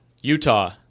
Utah